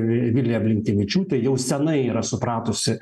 vilija blinkevičiūtė jau senai yra supratusi